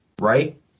Right